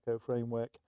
framework